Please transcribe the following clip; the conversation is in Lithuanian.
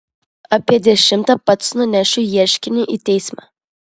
apie dešimtą pats nunešiu ieškinį į teismą